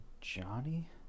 Johnny